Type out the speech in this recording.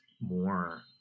more